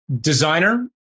designer